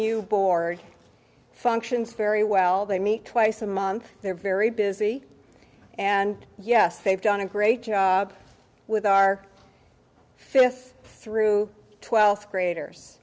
u board functions very well they meet twice a month they're very busy and yes they've done a great job with our fists through twelfth graders